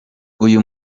uyu